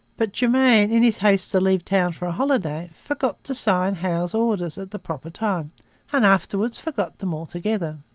but germain, in his haste to leave town for a holiday, forgot to sign howe's orders at the proper time and afterwards forgot them altogether.